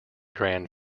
grand